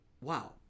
wow